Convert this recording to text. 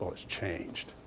ah it's changed,